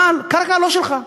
אבל הקרקע לא שלך.